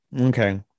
Okay